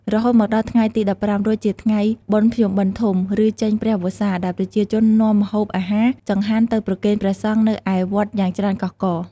រហូតមកដល់ថ្ងៃទី១៥រោចជាថ្ងៃបុណ្យភ្ជុំបិណ្ឌធំ ឬចេញព្រះវស្សា ដែលប្រជាជននាំម្អូបអាហារ ចង្ហាន់ទៅប្រគេនព្រះសង្ឃនៅឯវត្តយ៉ាងច្រើនកុះករ។